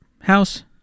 house